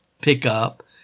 pickup